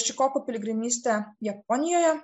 šikoku piligrimystę japonijoje